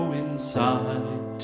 inside